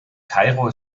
kairo